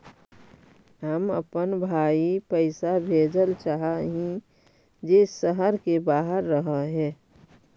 हम अपन भाई पैसा भेजल चाह हीं जे शहर के बाहर रह हे